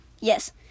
Yes